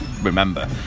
remember